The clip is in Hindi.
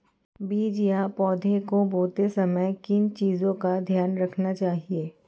बीज या पौधे को बोते समय किन चीज़ों का ध्यान रखना चाहिए?